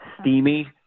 steamy